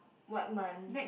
what month